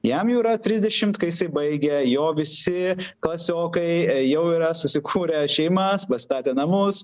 jam yra trisdešimt kai jisai baigia jo visi klasiokai jau yra susikūrę šeimas pastatę namus